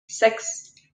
six